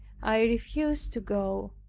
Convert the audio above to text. i refused to go